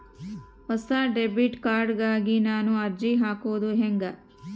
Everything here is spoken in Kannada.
ಹೊಸ ಡೆಬಿಟ್ ಕಾರ್ಡ್ ಗಾಗಿ ನಾನು ಅರ್ಜಿ ಹಾಕೊದು ಹೆಂಗ?